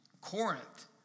Corinth